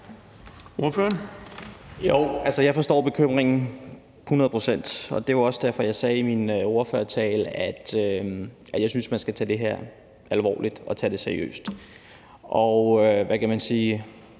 Rona (M): Jo, jeg forstår bekymringen hundrede procent, og det var også derfor, jeg sagde i min ordførertale, at jeg synes, at man skal tage det her alvorligt og tage det seriøst. Jeg glædes en lille